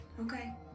Okay